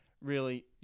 really-